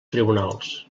tribunals